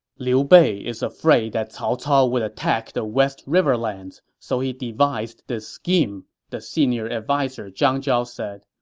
liu bei is afraid that cao cao would attack the west riverlands, so he devised this scheme, the senior adviser zhang zhao said.